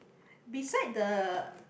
beside the